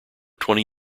twenty